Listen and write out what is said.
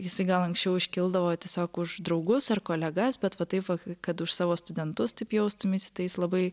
jisai gal anksčiau iškildavo tiesiog už draugus ar kolegas bet va taip va kad už savo studentus taip jaustumeisi tai jis labai